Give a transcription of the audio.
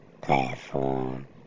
platform